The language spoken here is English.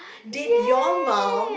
did your mum